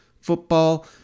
football